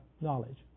knowledge